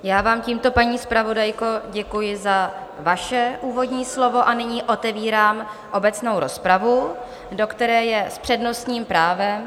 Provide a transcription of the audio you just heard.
Já vám tímto, paní zpravodajko, děkuji za vaše úvodní slovo a nyní otevírám obecnou rozpravu, do které je s přednostním právem...